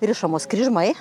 rišamos kryžmai